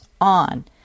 on